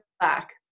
back